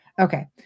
okay